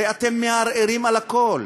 הרי אתם מערערים על הכול.